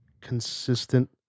consistent